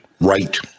Right